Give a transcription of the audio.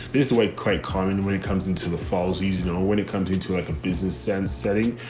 this is the way quite common when it comes into the falls. easy to know when it comes into like a business sense setting.